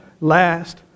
last